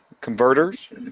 converters